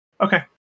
Okay